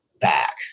back